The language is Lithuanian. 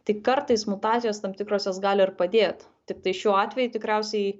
tik kartais mutacijos tam tikros jos gali ir padėt tiktai šiuo atveju tikriausiai